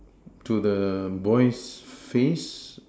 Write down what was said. to the boy's face